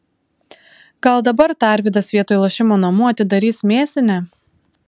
gal dabar tarvydas vietoj lošimo namų atidarys mėsinę